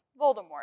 Voldemort